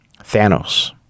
Thanos